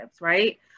right